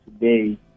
today